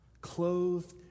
clothed